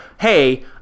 Hey